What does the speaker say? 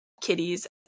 kitties